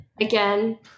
again